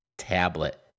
tablet